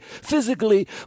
physically